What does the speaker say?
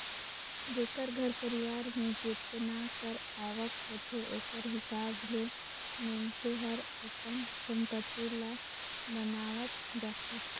जेकर घर परिवार में जेतना कर आवक होथे ओकर हिसाब ले मइनसे हर अपन संपत्ति ल बनावत जाथे